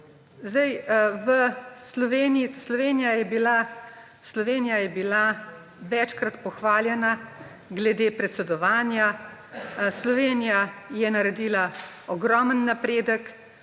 Slovenija je bila večkrat pohvaljena glede predsedovanja. Slovenija je naredila ogromen napredek